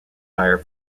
fire